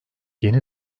yeni